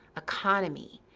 economy,